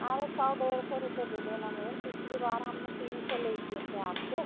अरे सौ डेढ़ सौ रुपए दे देना मैम पिछली बार हमने तीन सौ ले लिए थे आपसे